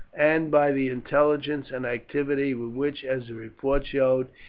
and by the intelligence and activity with which, as the report showed,